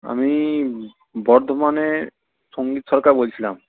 আমি বর্ধমানের সম্বিৎ সরকার বলছিলাম